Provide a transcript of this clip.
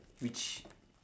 which